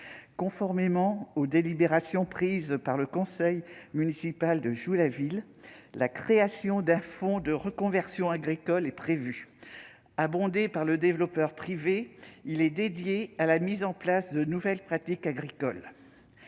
Conformément aux délibérations du conseil municipal de Joux-la-Ville, la création d'un fonds de reconversion agricole est prévue. Ce fonds, abondé par le développeur privé, sera consacré à la mise en place de nouvelles pratiques agricoles.